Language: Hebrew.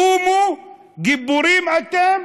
קומו, גיבורים אתם,